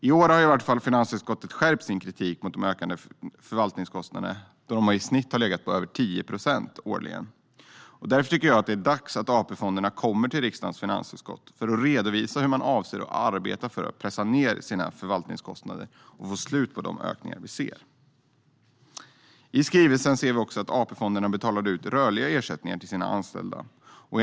I år har i varje fall finansutskottet skärpt sin kritik mot de ökande förvaltningskostnaderna eftersom de i snitt har legat över 10 procent årligen. Därför är det dags att AP-fonderna kommer till riksdagens finansutskott för att redovisa hur de avser att arbeta för att pressa ned sina förvaltningskostnader och få stopp på ökningarna. I skrivelsen framgår att AP-fonderna betalat ut ro ̈rliga ersa ̈ttningar till sina ansta ̈llda.